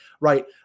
Right